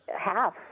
half